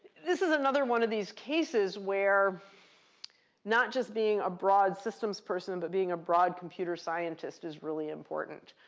this is another one of these cases where not just being a broad systems person, but being a broad computer scientist is really important.